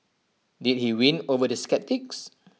did he win over the sceptics